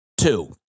two